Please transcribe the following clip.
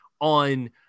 on